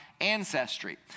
ancestry